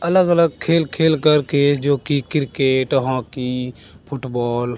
अलग अलग खेल खेल कर के जो कि किरकेट हॉकी फुटबॉल